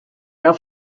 air